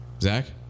Zach